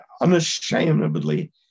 unashamedly